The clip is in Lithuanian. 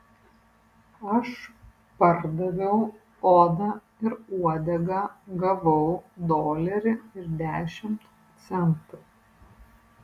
aš pardaviau odą ir uodegą gavau dolerį ir dešimt centų